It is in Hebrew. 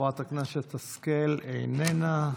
חברת הכנסת השכל, איננה.